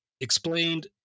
explained